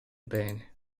bene